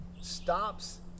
stops